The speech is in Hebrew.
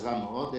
שעזרה מאוד,